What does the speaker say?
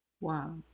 Wow